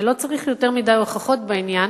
ולא צריך יותר מדי הוכחות בעניין.